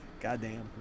Goddamn